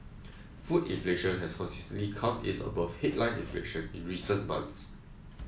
food inflation has consistently come in above headline inflation in recent months